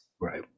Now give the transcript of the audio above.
Right